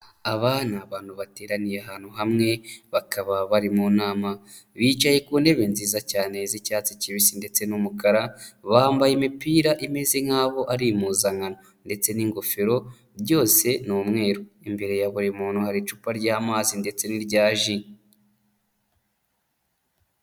Aba ni abantu bateraniye ahantu hamwe bakaba bari mu nama, bicaye ku ntebe nziza cyane z'icyatsi kibisi ndetse n'umukara, bambaye imipira imeze nkaho ari impuzankano ndetse n'ingofero byose ni umweru, imbere ya buri muntu hari icupa ry'amazi ndetse n'irya ji.